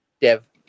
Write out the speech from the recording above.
Dev